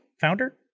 founder